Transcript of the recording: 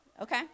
Okay